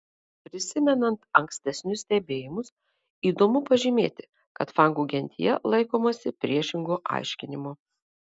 prisimenant ankstesnius stebėjimus įdomu pažymėti kad fangų gentyje laikomasi priešingo aiškinimo